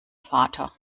vater